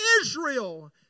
Israel